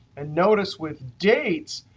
and notice with dates,